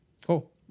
Cool